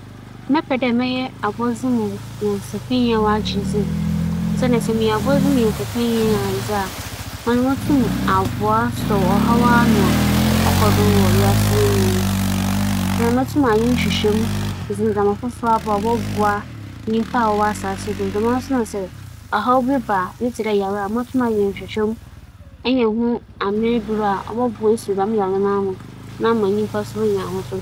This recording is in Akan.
Mebɛpɛ dɛ mebɛyɛ odwimfo a m'agye dzin kyɛn dɛ mebɛyɛ abͻdzemnyansapɛnyi a m'agye dzin. Siantsir nye dɛ, abͻdzemnyansapɛ yɛ biribi a sɛ ͻnye nyimpa bi benya nkitahodzi a nna gyedɛ nyimpa noara wͻ ͻpɛ dɛ obosua ho adze mbom edwindze dze, ͻno mpɛn pii no sɛ nyimpa fa a, ͻnye no nya nkitahodzi bi osiandɛ muhun dɛ ͻno ͻyɛ Nyame akyɛdze a ͻdze ma.